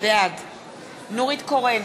בעד נורית קורן,